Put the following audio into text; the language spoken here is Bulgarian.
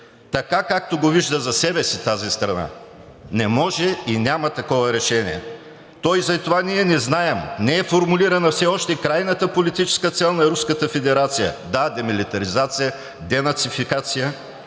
така, както го вижда за себе си тази страна? Не може и няма такова решение. Затова и не знаем, не е формулирана все още крайната политическа цел на Руската федерация. Да, демилитаризация, денацификация,